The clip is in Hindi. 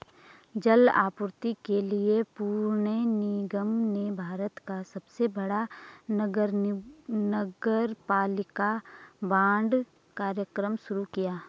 जल आपूर्ति के लिए पुणे निगम ने भारत का सबसे बड़ा नगरपालिका बांड कार्यक्रम शुरू किया